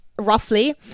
roughly